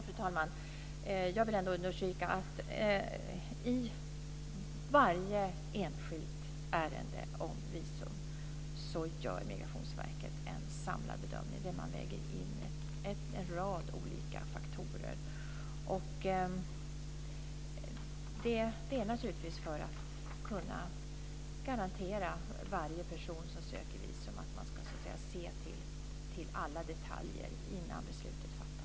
Fru talman! Jag vill ändå understryka att i varje enskilt ärende som gäller visum gör Migrationsverket en samlad bedömning där man väger in en rad olika faktorer. Och det gör man naturligtvis för att kunna garantera att man när det gäller varje person som söker visum ska se till alla detaljer innan beslutet fattas.